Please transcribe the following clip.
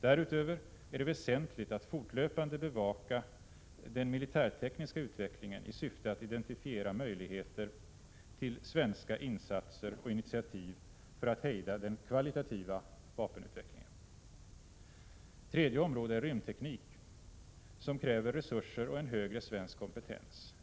Därutöver är det väsentligt att fortlöpande bevaka den militärtekniska utvecklingen i syfte att identifiera möjligheter till svenska insatser och initiativ för att hejda den kvalitativa vapenutvecklingen. 3. Rymdteknik är ett tredje område som kräver resurser och en högre svensk kompetens.